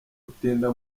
utinda